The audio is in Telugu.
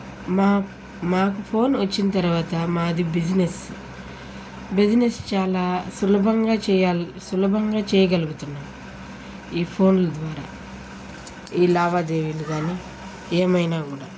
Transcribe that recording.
మా మాకు ఫోన్ వచ్చిన తరువాత మాది బిజినెస్ బిజినెస్ చాలా సులభంగా చేయాల్ సులభంగా చెయ్యగలుగుతున్నాము ఈ ఫోన్లు ద్వారా ఈ లావాదేవీలు కానీ ఏమైనా కూడా